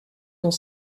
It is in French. dans